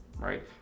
right